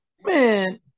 Man